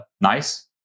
nice